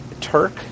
Turk